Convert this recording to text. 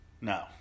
No